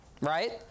right